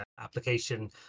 application